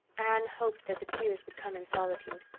anne hoped that the tears would come in solitude.